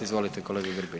Izvolite kolega Grbin.